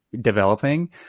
developing